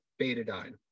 betadine